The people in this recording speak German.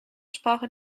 sprache